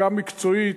גם מקצועית,